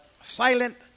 silent